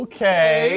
Okay